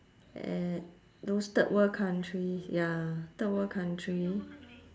at those third world countries ya third world country